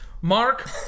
Mark